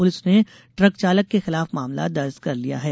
police ने truck चालक के खिलाफ मामला दर्ज कर लिया है